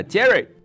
Jerry